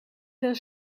das